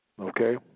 Okay